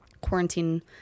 quarantine